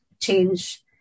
change